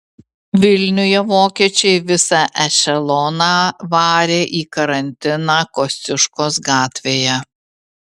vilniuje vokiečiai visą ešeloną varė į karantiną kosciuškos gatvėje